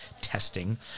testing